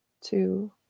two